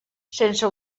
sense